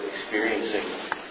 experiencing